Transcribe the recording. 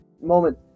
moment